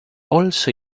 also